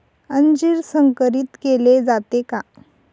अंजीर संकरित केले जाते का?